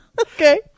Okay